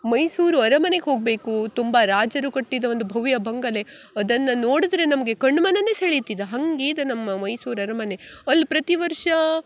ಮೈಸೂರು ಅರಮನೆಗೆ ಹೋಗಬೇಕು ತುಂಬ ರಾಜರು ಕಟ್ಟಿದ ಒಂದು ಭವ್ಯ ಬಂಗಲೆ ಅದನ್ನು ನೋಡಿದ್ರೆ ನಮಗೆ ಕಣ್ಮನವೇ ಸೆಳಿತಿದ ಹಾಂಗಿದೆ ನಮ್ಮ ಮೈಸೂರು ಅರಮನೆ ಅಲ್ಲಿ ಪ್ರತಿ ವರ್ಷ